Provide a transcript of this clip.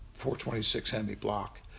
426-hemi-block